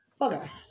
Okay